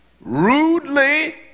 rudely